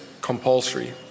compulsory